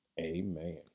amen